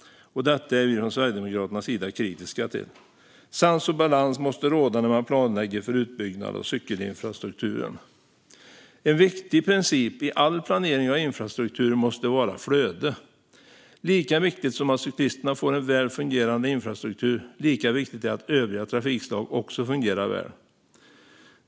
Detta är vi från Sverigedemokraternas sida kritiska till. Sans och balans måste råda när man planlägger för utbyggnad av cykelinfrastrukturen. En viktig princip i all planering av infrastruktur måste vara flöde. Lika viktigt som att cyklisterna får en väl fungerande infrastruktur är det att övriga trafikslag också fungerar väl.